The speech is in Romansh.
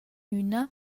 üna